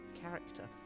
character